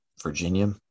Virginia